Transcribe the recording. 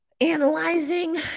analyzing